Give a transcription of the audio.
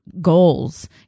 goals